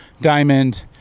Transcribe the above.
Diamond